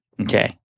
Okay